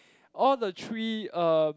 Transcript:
all the three uh